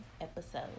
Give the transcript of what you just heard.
episode